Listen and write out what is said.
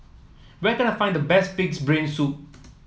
where can I find the best pig's brain soup